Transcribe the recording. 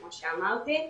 כמו שאמרתי.